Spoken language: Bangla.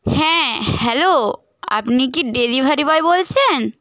হ্যাঁ হ্যালো আপনি কি ডেলিভারি বয় বলছেন